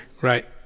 Right